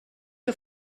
que